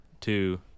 Two